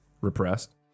Repressed